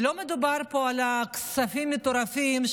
ולא מדובר פה על כספים מטורפים,